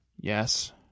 Yes